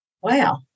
wow